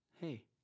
hey